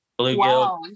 bluegill